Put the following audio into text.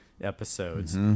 episodes